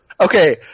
Okay